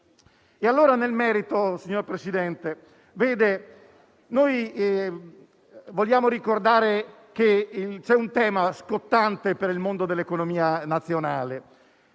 Entrando nel merito, signor Presidente, vogliamo ricordare che c'è un tema scottante per il mondo dell'economia nazionale: